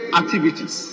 activities